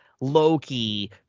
Loki